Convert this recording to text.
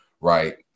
right